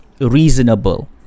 reasonable